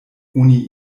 oni